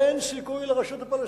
אין סיכוי לרשות הפלסטינית,